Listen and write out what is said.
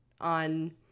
on